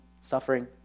suffering